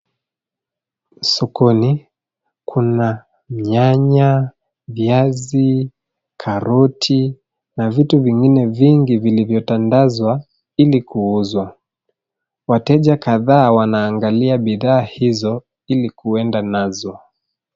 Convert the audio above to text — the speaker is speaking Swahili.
Sokoni, kuna nyanya, viazi, karoti na vitu vingine vingi vilivyotandazwa, ili kuuzwa. Wateja kadhaa wanaangalia bidhaa hizo ili kuenda nazo.